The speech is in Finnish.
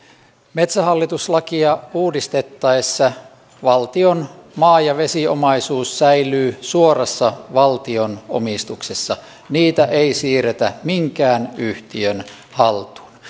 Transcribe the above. metsähallitus lakia uudistettaessa valtion maa ja vesiomaisuus säilyy suorassa valtion omistuksessa niitä ei siirretä minkään yhtiön haltuun